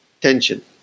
tension